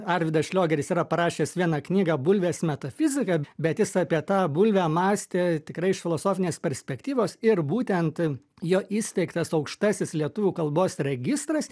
arvydas šliogeris yra parašęs vieną knygą bulvės metafizika bet jis apie tą bulvę mąstė tikrai iš filosofinės perspektyvos ir būtent jo įsteigtas aukštasis lietuvių kalbos registras